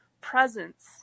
presence